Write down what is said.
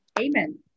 amen